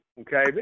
okay